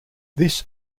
this